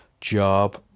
job